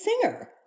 singer